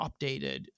updated